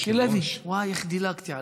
מיקי לוי, וואי, איך דילגתי עליך?